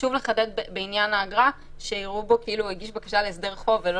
חשוב לחדד בעניין האגרה שייראו בו כאילו הגיש בקשה להסדר חוב ולא